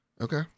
okay